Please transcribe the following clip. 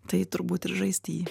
tai turbūt ir žaisti jį